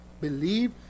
believe